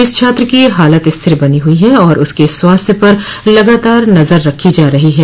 इस छात्र की हालत स्थिर बनी हुई है और उसके स्वास्थ्य पर लगातार नजर रखी जा रही है